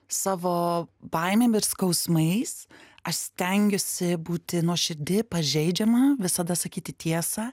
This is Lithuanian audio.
savo baimėm ir skausmais aš stengiuosi būti nuoširdi pažeidžiama visada sakyti tiesą